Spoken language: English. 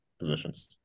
positions